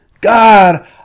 God